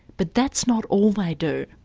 but that's not all they do.